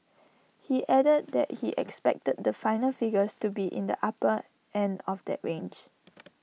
he added that he expected the final figures to be in the upper end of that range